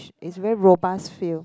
it's a very robust feel